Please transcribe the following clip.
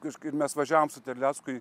kažkaip mes važiavom su terlecku į